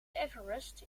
everest